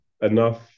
enough